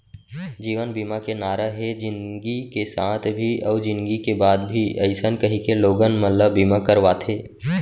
जीवन बीमा के नारा हे जिनगी के साथ भी अउ जिनगी के बाद भी अइसन कहिके लोगन मन ल बीमा करवाथे